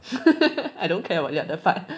I don't care about ya the front